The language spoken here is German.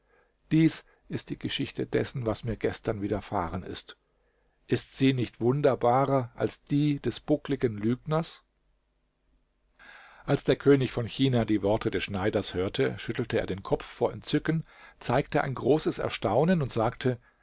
dies ist die geschichte dessen was mir gestern widerfahren ist ist sie nicht wunderbarer als die des buckligen lügners als der könig von china die worte des schneiders hörte schüttelte er den kopf vor entzücken zeigte ein großes erstaunen und sagte